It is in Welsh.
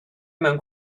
mewn